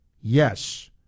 yes